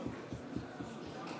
תוצאות